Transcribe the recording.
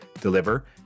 deliver